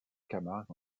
camargue